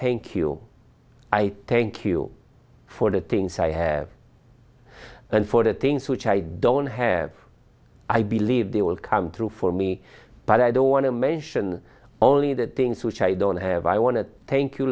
you i thank you for the things i have and for the things which i don't have i believe they will come true for me but i don't want to mention only the things which i don't have i want to thank you